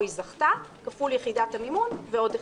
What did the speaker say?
היא זכתה כפול יחידת המימון ועוד אחת,